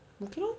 okay lor